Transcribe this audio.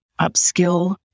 upskill